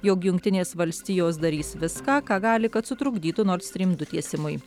jog jungtinės valstijos darys viską ką gali kad sutrukdytų nord strym du tiesimui